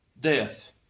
death